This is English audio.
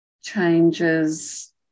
changes